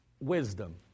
Wisdom